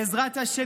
בעזרת השם,